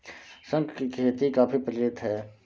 शंख की खेती काफी प्रचलित है